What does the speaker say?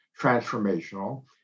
transformational